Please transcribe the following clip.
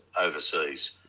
overseas